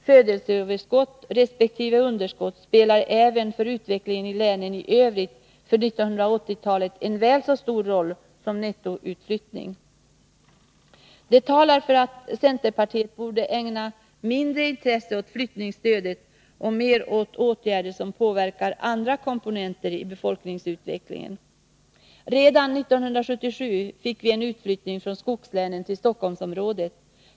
Födelseöverskott resp. underskott spelar även för utvecklingen i länen i övrigt på 1980-talet en väl så stor roll som nettoflyttningen. Det talar för att centerpartiet borde ägna mindre intresse åt flyttningsstödet och mer år åtgärder som påverkar andra komponenter i befolkningsutvecklingen. Redan 1977 fick vi en utflyttning från skogslänen till Stockholmsområdet.